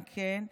אם כן,